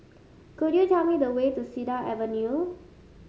could you tell me the way to Cedar Avenue